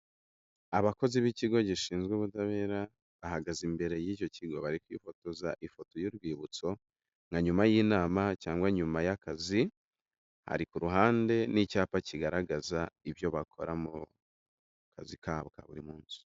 Abakozi b'ikigo gishinzwe ubutabera bahagaze imbere y'icyo kigo bari kwifotoza ifoto y'urwibutso nka nyuma y'inama cyangwa nyuma y'akazi, hari ku ruhande n'icyapa kigaragaza ibyo bakora mu kazi kabo ka buri munsi.